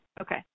Okay